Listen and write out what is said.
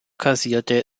kassierte